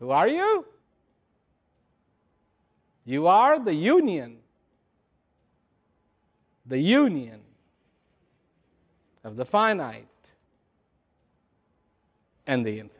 who are you you are the union the union of the finite and the